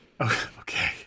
okay